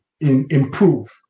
improve